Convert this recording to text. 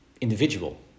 individual